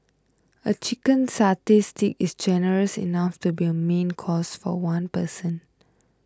a Chicken Satay Stick is generous enough to be a main course for one person